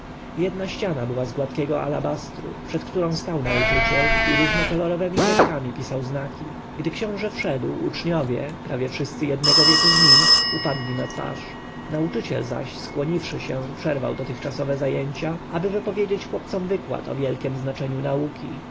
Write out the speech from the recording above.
jedna ściana była z gładkiego alabastru przed nią stał nauczyciel i różnokolorowemi kredkami pisał znaki gdy książę wszedł uczniowie prawie wszyscy jednego wieku z nim upadli na twarz nauczyciel zaś skłoniwszy się przerwał dotychczasowe zajęcie aby wypowiedzieć chłopcom wykład o wielkiem znaczeniu nauki